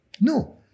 No